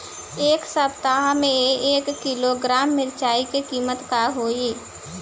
एह सप्ताह मे एक किलोग्राम मिरचाई के किमत का होई?